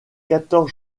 quatorze